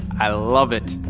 i love it!